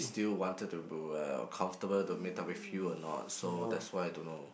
still wanted to uh comfortable to meet up with you or not so that's why I don't know